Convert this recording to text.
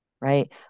right